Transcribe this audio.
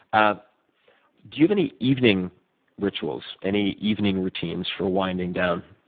ah do you have any evening rituals, any evening routines for winding down?